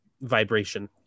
vibration